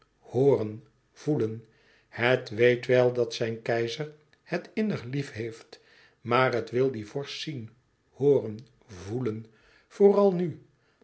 hooren voelen het weet wel dat zijn keizer het innig lief heeft maar het wil dien vorst zien hooren voelen vooral nu